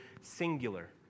singular